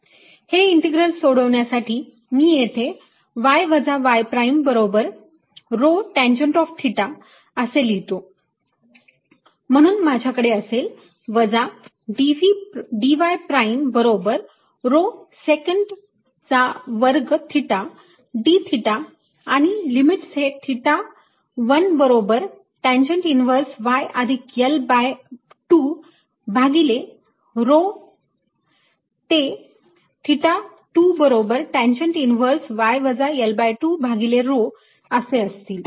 हे इंटीग्रल सोडवण्यासाठी मी येथे y वजा y प्राईम बरोबर rho टॅंजंट ऑफ थिटा असे लिहितो म्हणून माझ्याकडे असेल वजा dy प्राईम बरोबर rho सेकॅन्ट चा वर्ग थिटा d थिटा आणि लिमिट्स हे थिटा 1 बरोबर टॅंजंट इनव्हर्स y अधिक L भागिले 2 भागिले rho ते थिटा 2 बरोबर टॅंजंट इनव्हर्स y वजा L2 भागिले rho असे असतील